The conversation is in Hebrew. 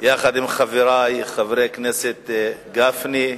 יחד עם חברי חברי הכנסת גפני,